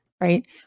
right